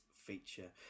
feature